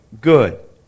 good